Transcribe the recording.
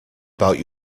about